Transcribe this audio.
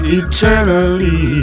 eternally